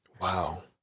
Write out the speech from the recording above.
Wow